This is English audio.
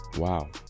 wow